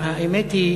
האמת היא